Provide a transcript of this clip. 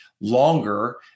longer